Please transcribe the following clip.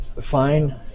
Fine